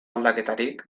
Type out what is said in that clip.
aldaketarik